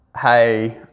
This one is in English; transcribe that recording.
hey